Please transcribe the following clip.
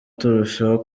turushaho